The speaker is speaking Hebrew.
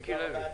מיקי לוי, בבקשה.